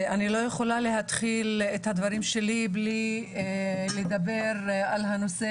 אני לא יכולה להתחיל את הדברים שלי בלי לדבר על הנושא